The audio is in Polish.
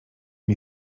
nie